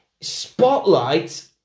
spotlight